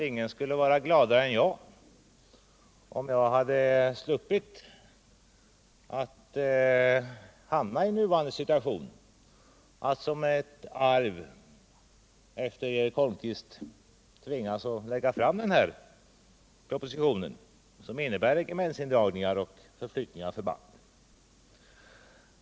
Ingen skulle vara gladare än jag om jag sluppit att hamna i den nuvarande situationen, att som ett arv efter Eric Holmqvist tvingas lägga fram denna proposition som innebär regementsindragningar och förflyttningar.